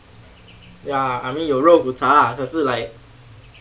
ya 有肉骨茶啊可是 like